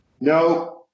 No